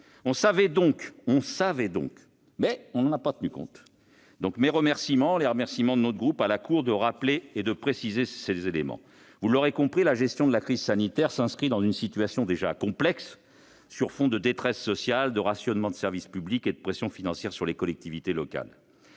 de dépistages. On savait donc, mais on n'en a pas tenu compte. Notre groupe adresse donc ses remerciements à la Cour d'avoir rappelé et précisé ces éléments. Vous l'aurez compris, la gestion de la crise sanitaire s'inscrit dans une situation déjà complexe, sur fond de détresse sociale, de rationnement de services publics et de pression financière sur les collectivités locales.